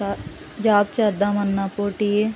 job చేద్దామన్న పోటీ